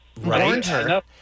Right